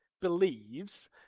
believes